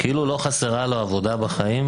כאילו לא חסרה לו עבודה בחיים,